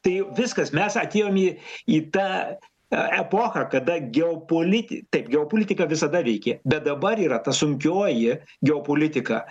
tai viskas mes atėjom į į tą epochą kada geopoliti taip geopolitika visada veikė bet dabar yra ta sunkioji geopolitika